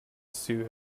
sue